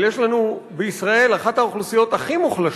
אבל יש לנו בישראל אחת האוכלוסיות הכי מוחלשות,